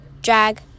drag